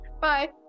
Bye